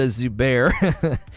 Zubair